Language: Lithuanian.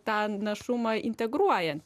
tą našumą integruojan